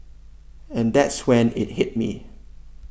and that's when it hit me